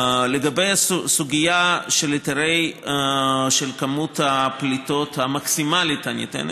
לגבי הסוגיה של כמות הפליטות המקסימלית הניתנת,